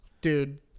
dude